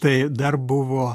tai dar buvo